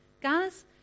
Guys